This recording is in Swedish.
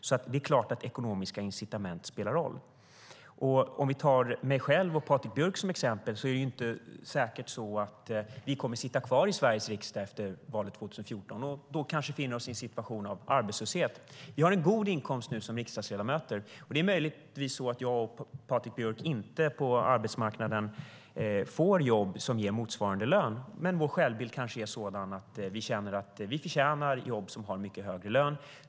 Det är alltså klart att ekonomiska incitament spelar roll. Om vi tar mig själv och Patrik Björck som exempel är det inte säkert att vi kommer att sitta kvar i Sveriges riksdag efter valet 2014 utan då kanske befinner oss i en situation av arbetslöshet. Vi har en god inkomst som riksdagsledamöter, och det är möjligtvis så att jag och Patrik Björck inte får jobb på arbetsmarknaden som ger motsvarande lön. Vår självbild kanske dock är sådan att vi känner att vi förtjänar jobb som har mycket högre lön.